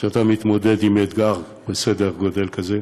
כשאתה מתמודד עם אתגר בסדר גודל כזה.